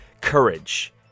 courage